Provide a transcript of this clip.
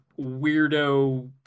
weirdo